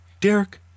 Derek